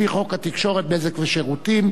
לפי חוק התקשורת (בזק ושידורים),